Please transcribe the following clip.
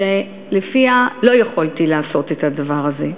שלפיה לא יכולתי לעשות את הדבר הזה,